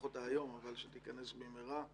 אני מברך אותה היום, שתיכנס במהרה.